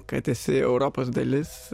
kad esi europos dalis